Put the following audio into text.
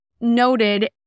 noted